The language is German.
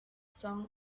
song